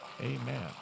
Amen